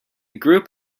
group